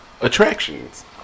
attractions